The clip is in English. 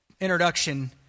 introduction